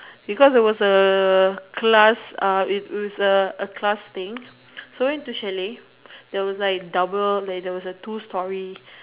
because it was a class uh is a class thing so I went to the chalet there was like double ladder that was like two stories